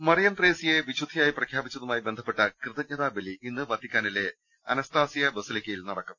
മറിയം ത്രേസൃയെ വിശുദ്ധയായി പ്രഖ്യാപിച്ചതുമായി ബന്ധ പ്പെട്ട കൃതജ്ഞതാബലി ഇന്ന് വത്തിക്കാനിലെ അനസ്താസിയ ബസലിക്ക യിൽ നടക്കും